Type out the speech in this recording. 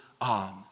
on